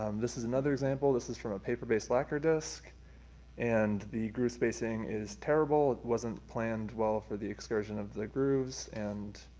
um this is another example, this is from a paper based lacquer disc and the groove spacing is terrible. it planned well for the excursion of the grooves. and